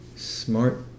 smart